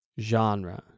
genre